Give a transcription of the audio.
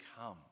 come